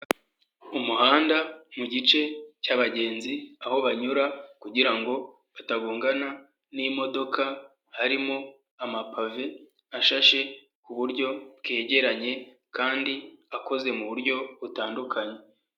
Umuhanda mu gice cy'abagenzi aho banyura kugira ngo batagongana n'imodoka, harimo amapave ashashe ku buryo bwegeranye kandi akoze mu buryo butandukanye.